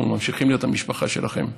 אנחנו ממשיכים להיות המשפחה שלכם.